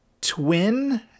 Twin